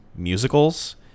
musicals